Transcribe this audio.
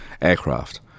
aircraft